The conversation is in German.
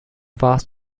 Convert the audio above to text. warst